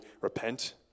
repent